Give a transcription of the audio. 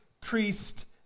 priest